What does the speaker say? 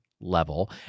level